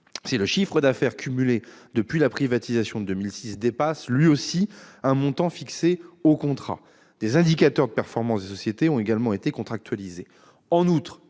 si le chiffre d'affaires cumulé depuis la privatisation de 2006 dépasse, lui aussi, un montant fixé au contrat. Des indicateurs de performance des sociétés ont également été contractualisés.